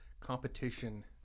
Competition